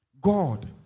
God